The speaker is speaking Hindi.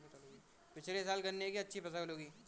पिछले साल गन्ने की अच्छी फसल उगी